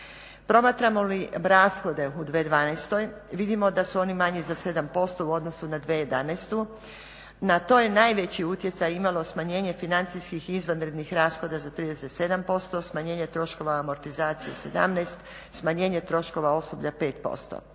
Promatramo li rashode u 2012.vidimo da su oni manji za 7% u odnosu na 2011. Na to je najveći utjecaj imalo smanjenje financijskih izvanrednih rashoda za 37%, smanjenje troškova amortizacije 17, smanjenje troškova osoblja 5%.